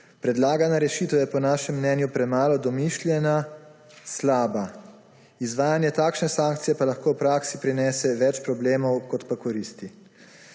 Predlagana rešitev je po našem mnenju premalo domišljena, slaba. Izvajanje takšne sankcije pa lahko v praksi prinese več problemov kot koristi,